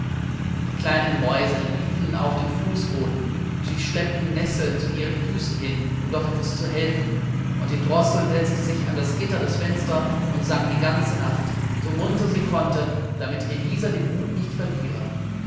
die kleinen mäuse liefen auf dem fußboden sie schleppten nesseln zu ihren füßen hin um doch etwas zu helfen und die drossel setzte sich an das gitter des fensters und sang die ganze nacht so munter sie konnte damit elisa den mut nicht verliere